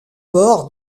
bord